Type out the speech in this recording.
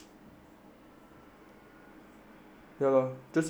ya loh just use money or just keep eating food